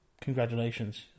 congratulations